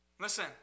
Listen